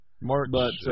March